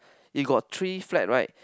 you got three flags right